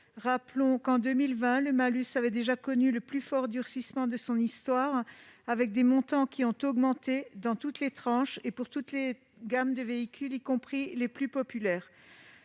Rappelons qu'en 2020 le malus avait déjà connu le plus fort durcissement de son histoire, ses montants ayant augmenté dans toutes les tranches et pour toutes les gammes de véhicules, y compris les plus populaires.